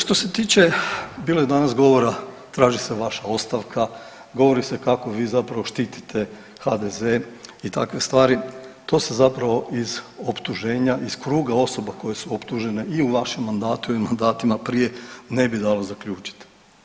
Što se tiče, bilo je danas govora, traži se vaša ostavka, govori se kako vi zapravo štitite HDZ i takve stvari, to se zapravo iz optuženja iz kruga osoba koje su optužene i u vašem mandatu i u mandatima prije ne bi dalo zaključiti.